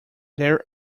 their